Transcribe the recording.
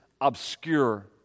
obscure